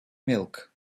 milk